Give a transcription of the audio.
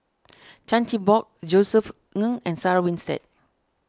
Chan Chin Bock Josef Ng and Sarah Winstedt